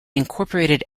incorporated